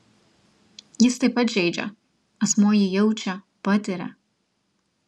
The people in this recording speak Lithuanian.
jis taip pat žeidžia asmuo jį jaučia patiria